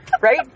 Right